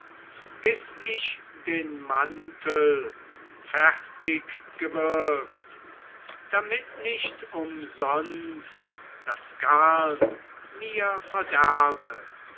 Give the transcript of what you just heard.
bis ich den mantel fertig gewirkt damit nicht umsonst das garn mir verderbe